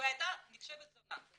והייתה נחשבת זונה,